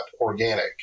organic